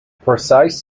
precise